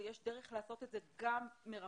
ויש דרך לעשות את זה גם מרחוק.